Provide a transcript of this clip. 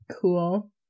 cool